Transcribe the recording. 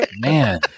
Man